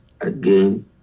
again